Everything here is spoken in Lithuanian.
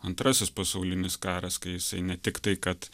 antrasis pasaulinis karas kai jisai ne tiktai kad